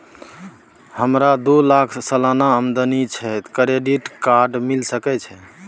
हमरा दू लाख सालाना आमदनी छै त क्रेडिट कार्ड मिल सके छै?